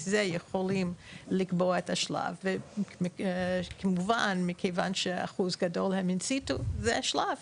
זה יכולים לקבוע את השלב ומכיוון שאחוז גדול הם הוציאו זה שלב,